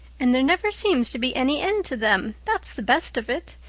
and there never seems to be any end to them that's the best of it.